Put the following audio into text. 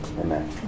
Amen